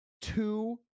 two